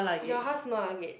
your house no luggage